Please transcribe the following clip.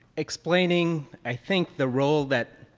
explaining, i think, the role that,